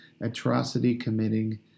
atrocity-committing